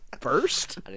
First